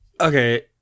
Okay